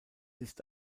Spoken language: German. ist